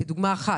זו דוגמה אחת,